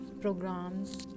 programs